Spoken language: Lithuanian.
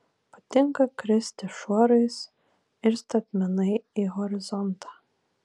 patinka kristi šuorais ir statmenai į horizontą